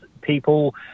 people